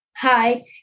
Hi